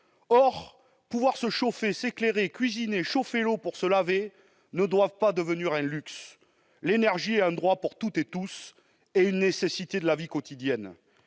Or pouvoir se chauffer, s'éclairer, cuisiner, chauffer l'eau pour se laver ne doit pas devenir un luxe. L'énergie est un droit pour toutes et tous, et c'est une nécessité de la vie quotidienne.